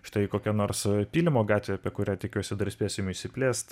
štai kokia nors pylimo gatvė apie kurią tikiuosi dar spėsim išsiplėst